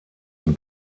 und